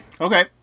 Okay